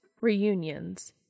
Reunions